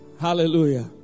Hallelujah